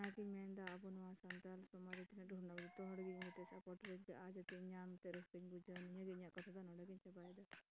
ᱚᱱᱟ ᱜᱤᱧ ᱢᱮᱱ ᱮᱫᱟ ᱟᱵᱚ ᱱᱚᱣᱟ ᱥᱟᱱᱛᱟᱲ ᱥᱚᱢᱟᱡᱽ ᱨᱮ ᱛᱤᱱᱟᱹᱜ ᱰᱷᱮᱨ ᱡᱚᱛᱚ ᱦᱚᱲ ᱜᱮ ᱡᱚᱛᱚ ᱥᱟᱯᱚᱴᱼᱟᱹᱧ ᱯᱮ ᱡᱟᱛᱮᱧ ᱧᱟᱢ ᱛᱮ ᱨᱟᱹᱥᱠᱟᱹᱧ ᱵᱩᱡᱷᱟᱹᱣᱟ ᱱᱤᱭᱟᱹ ᱜᱮ ᱤᱧᱟᱹᱜ ᱠᱟᱛᱷᱟ ᱫᱚ ᱱᱚᱰᱮ ᱜᱤᱧ ᱪᱟᱵᱟᱭᱮᱫᱟ